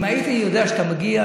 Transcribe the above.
אם הייתי יודע שאתה מגיע,